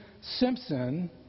Simpson